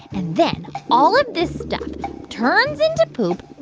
and then all of this stuff turns into poop,